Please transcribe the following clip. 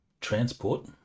transport